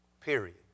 Period